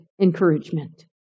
encouragement